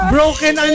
Broken